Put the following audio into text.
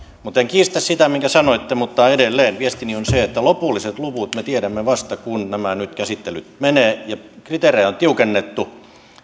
en kiistä sitä minkä sanoitte mutta edelleen viestini on se että lopulliset luvut me tiedämme vasta kun nämä käsittelyt nyt menevät kriteerejä on tiukennettu